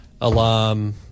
alarm